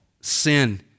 sin